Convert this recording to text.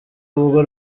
ubwo